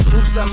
Oops